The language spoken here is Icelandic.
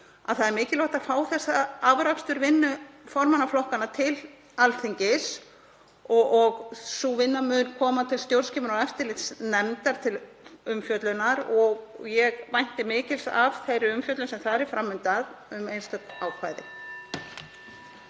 að mikilvægt sé að fá afrakstur vinnu formanna flokkanna til Alþingis. Sú vinna mun koma til stjórnskipunar- og eftirlitsnefndar til umfjöllunar. Ég vænti mikils af þeirri umfjöllun sem þar er fram undan um einstök ákvæði.